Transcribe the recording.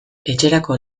etxerako